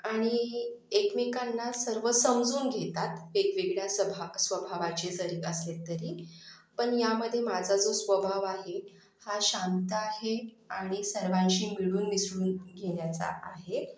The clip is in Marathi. आणि एकमेकांना सर्व समजून घेतात वेगवेगळ्या सभा स्वभावाचे जरी असले तरीपण यामध्ये माझा जो स्वभाव आहे हा शांत आहे आणि सर्वांशी मिळून मिसळून घेण्याचा आहे